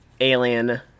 alien